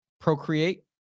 procreate